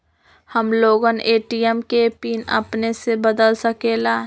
हम लोगन ए.टी.एम के पिन अपने से बदल सकेला?